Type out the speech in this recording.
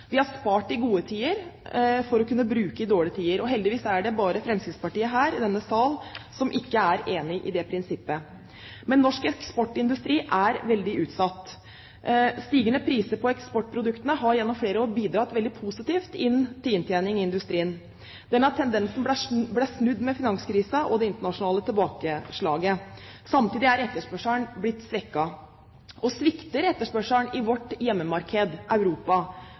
Vi har spart i gode tider for å kunne bruke i dårlige tider. Og heldigvis er det bare Fremskrittspartiet her i denne sal som ikke er enig i det prinsippet. Men norsk eksportindustri er veldig utsatt. Stigende priser på eksportproduktene har gjennom flere år bidratt veldig positivt til inntjening i industrien. Denne tendensen ble snudd med finanskrisen og det internasjonale tilbakeslaget. Samtidig er etterspørselen blitt svekket. Og svikter etterspørselen i vårt hjemmemarked Europa,